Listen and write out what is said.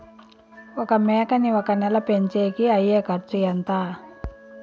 ఒక మేకని ఒక నెల పెంచేకి అయ్యే ఖర్చు ఎంత?